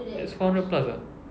it's four hundred plus [what]